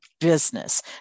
business